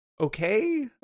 okay